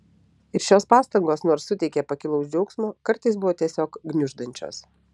ir šios pastangos nors suteikė pakilaus džiaugsmo kartais buvo tiesiog gniuždančios